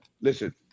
Listen